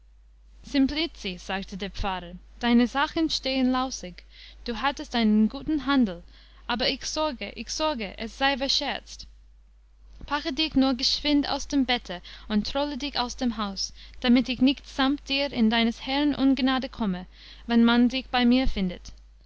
sagte der pfarrer deine sachen stehen lausig du hattest einen guten handel aber ich sorge ich sorge es sei verscherzt packe dich nur geschwind aus dem bette und trolle dich aus dem haus damit ich nicht samt dir in deines herrn ungnade komme wann man dich bei mir findet